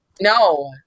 No